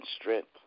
strength